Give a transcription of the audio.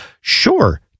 sure